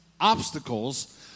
obstacles